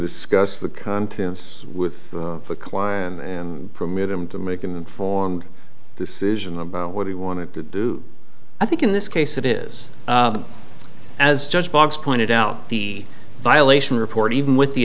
scots the contents with the client and permit him to make an informed decision about what he wanted to do i think in this case it is as judge barnes pointed out the violation report even with the